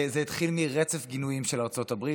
זה התחיל מרצף גינויים של ארצות הברית.